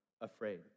afraid